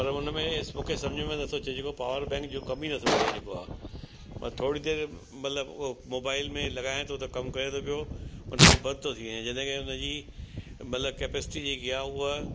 पर उन में मूंखे सम्झ में नथो अचे जेको पावर बैंक जो कमु ई नथो करे जेको आहे थोरी देरि मतिलबु उहो मोबाइल में लॻाया थो त कमु करे थो पियो उन खां पोइ बंदि थो थी वञे जॾहिं हुन जी मतिलबु कैपेसिटी जेकी आहे उहा